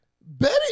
Betty